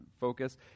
focus